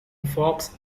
fox